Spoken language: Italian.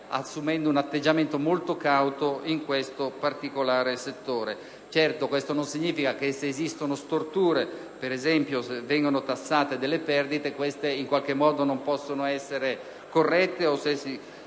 assumendo un atteggiamento molto cauto in questo particolare settore. Certo, ciò non significa che se esistono storture - se, ad esempio, vengono tassate delle perdite - queste non possano essere corrette o che, se